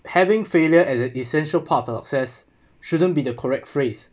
having failure as an essential part of the excess shouldn't be the correct phrase